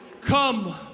come